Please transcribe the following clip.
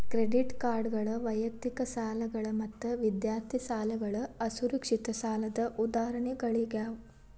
credit ಕಾರ್ಡ್ಗಳ ವೈಯಕ್ತಿಕ ಸಾಲಗಳ ಮತ್ತ ವಿದ್ಯಾರ್ಥಿ ಸಾಲಗಳ ಅಸುರಕ್ಷಿತ ಸಾಲದ್ ಉದಾಹರಣಿಗಳಾಗ್ಯಾವ